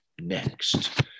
next